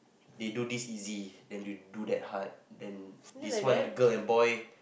they do this easy then they do that hard and this one girl and boy